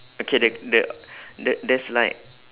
okay the the the there's like